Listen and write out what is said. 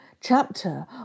chapter